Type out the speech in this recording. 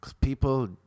people